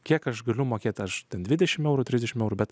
kiek aš galiu mokėt aš dvidešim eurų trisdešim eurų